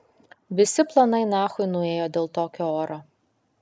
visi planai nachui nuėjo dėl tokio oro